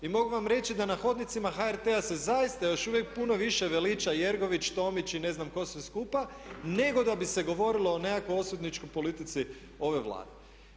I mogu vam reći da na hodnicima HRT-a se zaista još uvijek puno više veliča Jergović, Tomić i ne znam tko sve skupa nego da bi se govorilo o nekakvoj osvetničkoj politici ove Vlade.